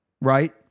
right